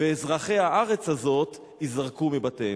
ואזרחי הארץ הזאת ייזרקו מבתיהם.